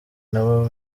nabo